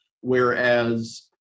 Whereas